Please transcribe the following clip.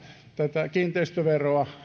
tätä kiinteistöveroa